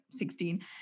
16